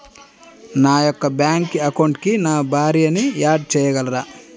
నా యొక్క బ్యాంక్ అకౌంట్కి నా భార్యని యాడ్ చేయగలరా?